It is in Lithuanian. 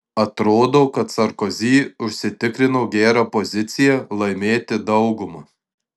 atrodo kad sarkozy užsitikrino gerą poziciją laimėti daugumą